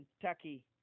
Kentucky